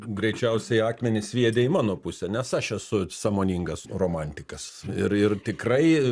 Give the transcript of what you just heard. greičiausiai akmenį sviedė į mano pusę nes aš esu sąmoningas romantikas ir ir tikrai